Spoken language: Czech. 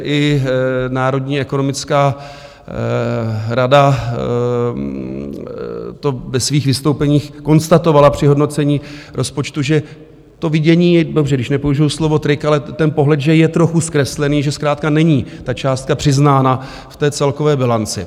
I Národní ekonomická rada to ve svých vystoupeních konstatovala při hodnocení rozpočtu, že to vidění dobře, když nepoužiji slovo trik, ale ten pohled že je trochu zkreslený, že zkrátka není ta částka přiznána v celkové bilanci.